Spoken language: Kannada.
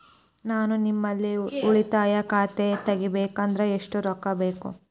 ನಾ ನಿಮ್ಮಲ್ಲಿ ಉಳಿತಾಯ ಖಾತೆ ತೆಗಿಬೇಕಂದ್ರ ಎಷ್ಟು ರೊಕ್ಕ ಬೇಕು?